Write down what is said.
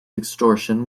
extortion